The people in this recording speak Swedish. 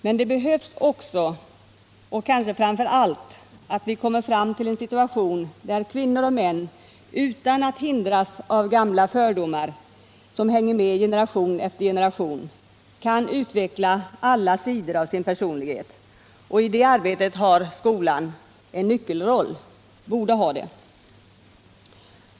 Men det behövs också — och kanske framför allt —att vi kommer fram till en situation där kvinnor och män utan att hindras av gamla fördomar som hänger med generation efter generation kan utveckla alla sidor av sin personlighet. Och i det arbetet har skolan en nyckelroll — eller borde ha det.